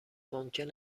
ممکن